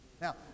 Now